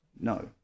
No